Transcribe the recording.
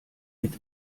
mit